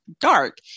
dark